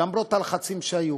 למרות הלחצים שהיו.